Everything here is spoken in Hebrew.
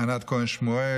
ענת כהן שמואל,